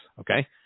Okay